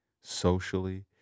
socially